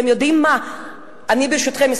ברשותכם,